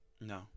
No